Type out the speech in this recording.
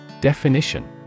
Definition